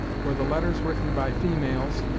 for the letters written by females,